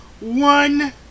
one